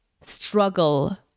struggle